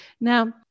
Now